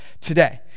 today